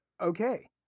Okay